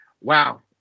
wow